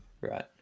Right